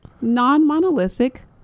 non-monolithic